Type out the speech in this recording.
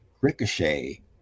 Ricochet